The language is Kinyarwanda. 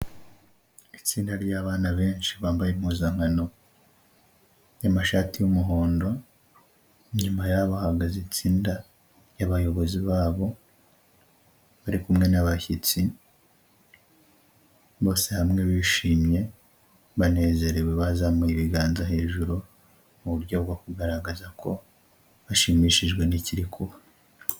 Itsinda ry'abana benshi bambaye impuzankano y'amashati y'umuhondo, inyuma yabo hahagaze itsinda ry'abayobozi babo barikumwe n'abashyitsi, bose hamwe bishimye banezerewe bazamuye ibiganza hejuru muburyo bwo kugaragaza ko bashimishijwe nikiri kuba.